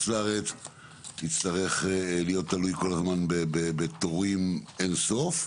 לארץ יצטרך להיות תלוי כל הזמן בתורים אין-סוף,